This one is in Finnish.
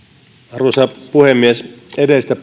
arvoisa puhemies edellistä